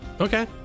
Okay